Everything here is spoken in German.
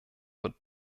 wird